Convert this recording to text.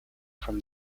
from